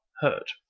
hurt